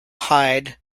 hyde